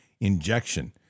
injection